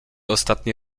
ostatni